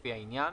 לפי העניין,